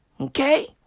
Okay